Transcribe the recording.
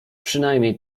przynajmniej